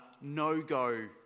no-go